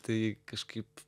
tai kažkaip